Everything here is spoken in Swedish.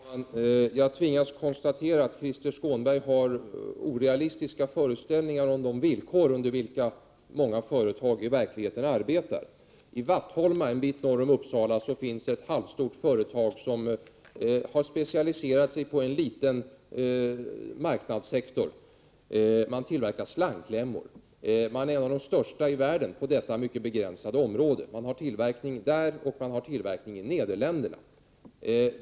Fru talman! Jag tvingas konstatera att Krister Skånberg har en orealistisk uppfattning om de villkor under vilka många företag i verkligheten arbetar. I Vattholma, som ligger en bit norr om Uppsala, finns det ett medelstort företag som har specialiserat sig på en liten marknadssektor. Företaget tillverkar nämligen slangklämmor. Företaget är en av de största tillverkarna i världen på detta mycket begränsade område. Man har tillverkning både i Vattholma och i Nederländerna.